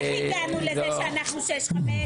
איך הגענו לזה שאנחנו שש-חמש?